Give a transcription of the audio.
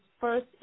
first